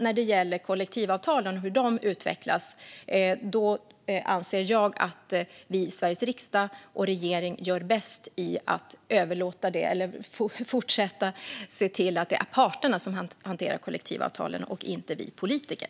När det gäller kollektivavtalen och hur de utvecklas anser jag att vi i Sveriges riksdag och regering gör bäst i att fortsätta se till att det är parterna som hanterar kollektivavtalen och inte vi politiker.